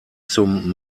zum